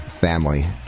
family